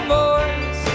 boys